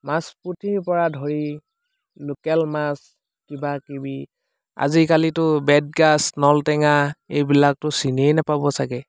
মাছ পুতিৰ পৰা ধৰি লোকেল মাছ কিবাকিবি আজিকালিতো বেতগাজ নল টেঙা এইবিলাকতো চিনিয়েই নাপাব চাগে